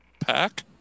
pack